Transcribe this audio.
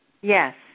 Yes